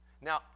Now